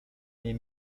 nie